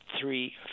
three